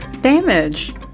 damage